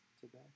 today